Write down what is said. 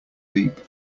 deep